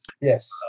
Yes